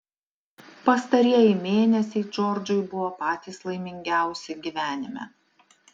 pastarieji mėnesiai džordžui buvo patys laimingiausi gyvenime